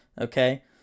okay